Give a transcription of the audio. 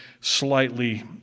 slightly